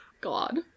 God